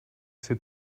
sie